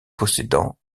possédant